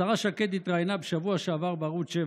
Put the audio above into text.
השרה שקד התראיינה בשבוע שעבר בערוץ 7